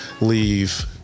leave